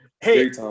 Hey